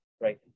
right